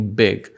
big